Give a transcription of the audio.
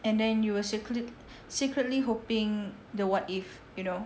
and then you were secretly hoping the what if you know